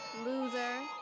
Loser